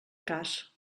cas